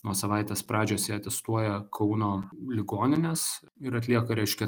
nuo savaitės pradžios ją testuoja kauno ligoninės ir atlieka reiškia